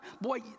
boy